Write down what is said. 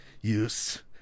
use